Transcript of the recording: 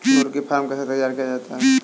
मुर्गी फार्म कैसे तैयार किया जाता है?